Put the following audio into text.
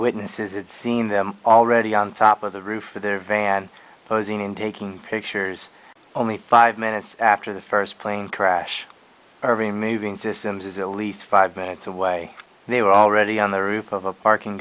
eyewitnesses and seen them already on top of the roof of their van posing in taking pictures only five minutes after the first plane crash or removing systems is the least five minutes away and they were already on the roof of a parking